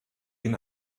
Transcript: ihn